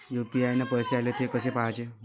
UPI न पैसे आले, थे कसे पाहाचे?